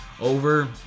Over